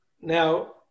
Now